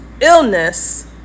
illness